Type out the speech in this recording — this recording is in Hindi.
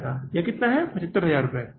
75000 यह 75000 रुपये है